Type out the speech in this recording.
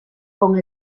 con